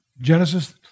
Genesis